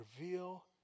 reveal